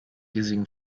riesigen